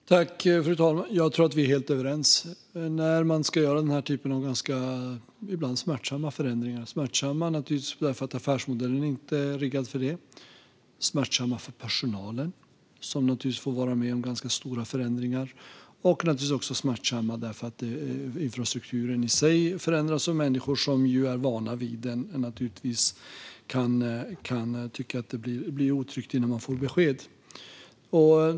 Fru talman! Jag tror att vi är helt överens. Man gör denna typ av ibland ganska smärtsamma förändringar. De är smärtsamma eftersom affärsmodellen inte är riggad för detta. De är smärtsamma för personalen, som naturligtvis får vara med om ganska stora förändringar. De är också smärtsamma eftersom infrastrukturen i sig förändras. Människor som är vana vid den kan tycka att det blir otryggt innan de får besked.